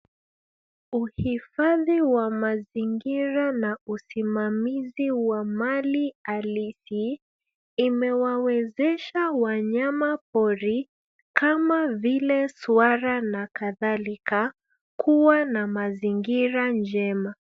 Uhifadhi wa mazingira na usimamizi wa mali halisi imewawezesha wanyama pori kama vile swara na kadhalika, kuwa na mazingira njema.